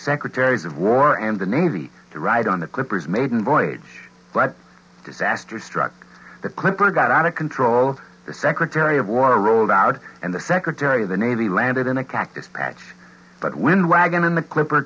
secretaries of war and the navy to ride on the clippers maiden voyage disaster struck the clipper got out of control the secretary of war rolled out and the secretary of the navy landed in a cactus patch but when wagon in the clipper